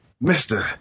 Mister